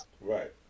right